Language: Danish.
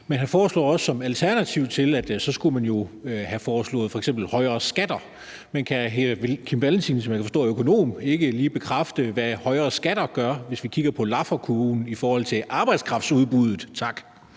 men han nævner også som alternativ til det, at man så skulle have foreslået f.eks. f.eks. højere skatter. Men kan hr. Kim Valentin, som jeg kan forstå er økonom, ikke lige bekræfte, hvad højere skatter gør, hvis vi kigger på Lafferkurven i forhold til arbejdskraftudbuddet? Tak.